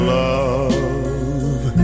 love